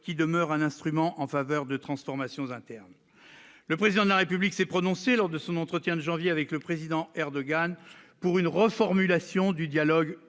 qui demeure un instrument en faveur de transformation interne, le président de la République s'est prononcé lors de son entretien de janvier avec le président Erdogan pour une reformulation du dialogue